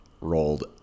rolled